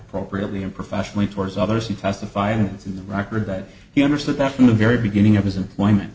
appropriately and professionally towards others and testifying in the record that he understood that from the very beginning of his employment